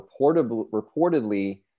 reportedly